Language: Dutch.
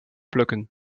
plukken